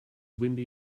windy